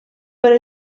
però